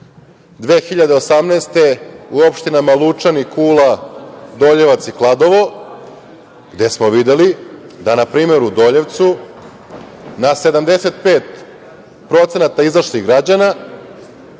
2018, u opštinama Lučani, Kula, Doljevac i Kladovo, gde smo videli da na primer u Doljevcu na 75% izašlih građana